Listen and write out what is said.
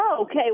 Okay